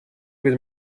wird